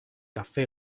kafe